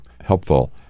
helpful